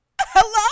hello